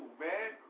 man